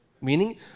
Meaning